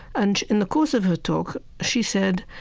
and in the course of her talk, she said,